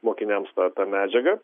mokiniams tą tą medžiagą